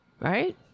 right